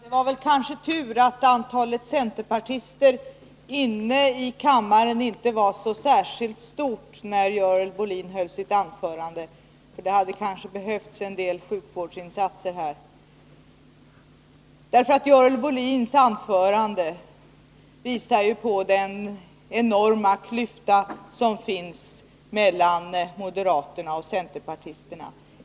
Herr talman! Det är kanske tur att antalet centerpartister i kammaren inte var särskilt stort när Görel Bohlin höll sitt anförande. Kanske hade det då behövts en del sjukvårdsinsatser här. Görel Bohlins anförande visar nämligen på den enorma klyfta som finns mellan moderaterna och centerpartisterna.